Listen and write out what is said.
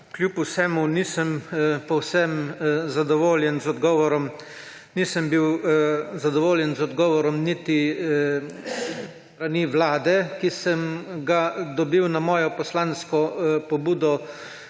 Kljub vsemu nisem povsem zadovoljen z odgovorom. Nisem bil zadovoljen z odgovorom niti s strani Vlade, ki sem ga dobil na moje poslansko pobudo